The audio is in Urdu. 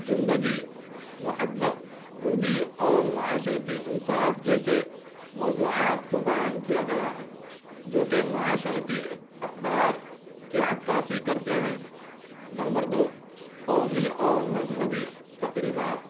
زندگی محبت خودی اور معاشرتی انصاف جیسے موضوعات کو بیان کیا گیا ہے جو کہ معاشرتی اقدار کی عکاسی کرتے ہیں نمبر دو قومی اور مذہبی تقریبات